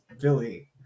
Billy